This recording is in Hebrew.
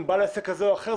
אם הוא בעל עסק כזה או אחר,